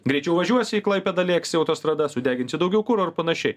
greičiau važiuosi į klaipėdą lėksi autostrada sudeginsi daugiau kuro ir panašiai